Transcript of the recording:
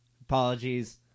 Apologies